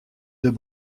deux